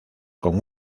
con